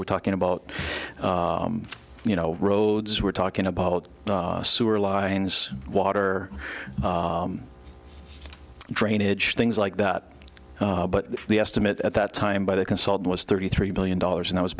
we're talking about you know roads we're talking about sewer lines water drainage things like that but the estimate at that time by the consult was thirty three billion dollars and i was